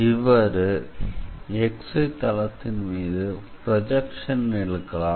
இப்போது xy தளத்தின் மீது ப்ரொஜெக்சன் எடுக்கலாம்